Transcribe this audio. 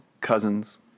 Cousins